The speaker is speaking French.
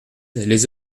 les